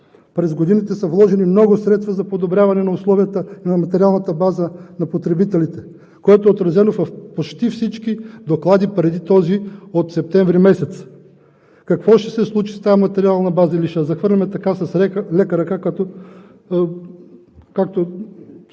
През годините се вложени много средства за подобряване на условията, на материалната база на потребителите, което е отразено в почти всички доклади преди този от септември месец. Какво ще се случи с тази материална база, или ще я захвърлим така с лека ръка? Има